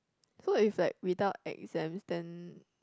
so if like without exams then